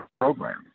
program